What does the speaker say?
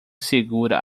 segura